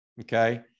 Okay